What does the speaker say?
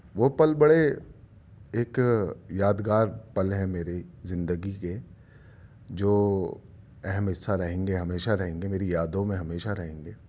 وہ پل بڑے ایک یاد گار پل ہیں میرے زندگی کے جو اہم حصہ رہیں گے ہمیشہ رہیں گے میری یادوں میں ہمیشہ رہیں گے